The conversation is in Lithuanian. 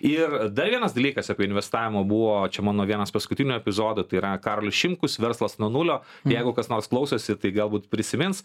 ir dar vienas dalykas apie investavimą buvo čia mano vienas paskutinių epizodų tai yra karolis šimkus verslas nuo nulio jeigu kas nors klausosi tai galbūt prisimins